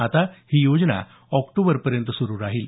आता ही योजना ऑक्टोबरपर्यंत सुरू राहील